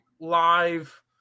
Live